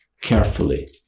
carefully